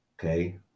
Okay